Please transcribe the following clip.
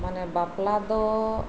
ᱢᱟᱱᱮ ᱵ ᱟᱯᱞᱟ ᱫᱚ